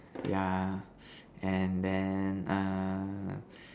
yeah and then err